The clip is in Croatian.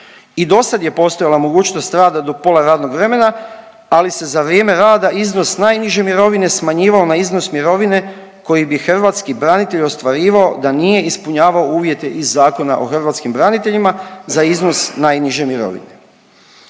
I do sad je postojala mogućnost rada do pola radnog vremena, ali se za vrijeme rada iznos najniže mirovine smanjivao na iznos mirovine koji bi hrvatski branitelj ostvarivao da nije ispunjavao uvjete iz Zakona o hrvatskim braniteljima za iznos najniže mirovine.